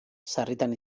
sarritan